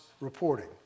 reporting